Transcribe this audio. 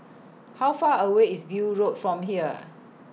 How Far away IS View Road from here